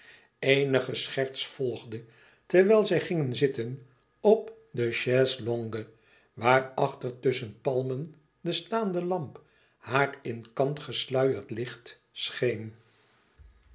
eenige scherts volgde terwijl zij gingen zitten op de chaiselongue waarachter tusschen palmen de staande lamp haar in kant gesluierd licht scheen